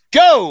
go